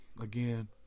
Again